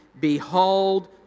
Behold